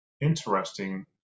interesting